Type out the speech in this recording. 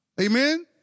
Amen